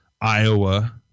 Iowa